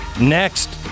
Next